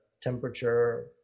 temperature